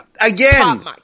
Again